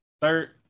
Third